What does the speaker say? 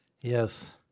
Yes